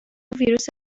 ویروس